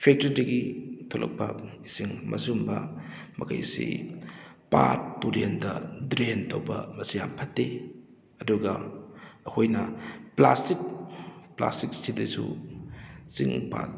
ꯐꯦꯛꯇ꯭ꯔꯤꯗꯒꯤ ꯊꯣꯛꯂꯛꯄ ꯏꯁꯤꯡ ꯃꯁꯨꯝꯕ ꯃꯈꯩꯁꯤ ꯄꯥꯠ ꯇꯨꯔꯦꯟꯗ ꯗ꯭ꯔꯦꯟ ꯇꯧꯕ ꯃꯁꯤ ꯌꯥꯝꯅ ꯐꯠꯇꯦ ꯑꯗꯨꯒ ꯑꯩꯈꯣꯏꯅ ꯄ꯭ꯂꯥꯁꯇꯤꯛ ꯄ꯭ꯂꯥꯁꯇꯤꯛ ꯁꯤꯗꯁꯨ ꯆꯤꯡ ꯄꯥꯠ